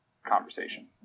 Conversation